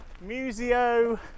Museo